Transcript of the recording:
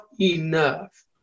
enough